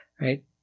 right